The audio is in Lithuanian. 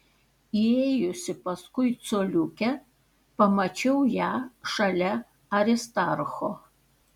įėjusi paskui coliukę pamačiau ją šalia aristarcho